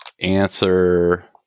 answer